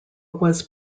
was